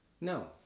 no